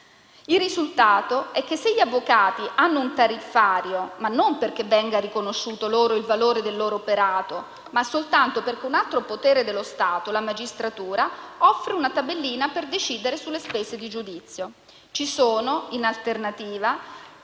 Il risultato è che gli avvocati hanno un tariffario non perché venga riconosciuto un valore al loro operato, ma perché ad un altro potere dello Stato, la magistratura, offre una tabellina per decidere sulle spese di giudizio. Ci sono, in alternativa,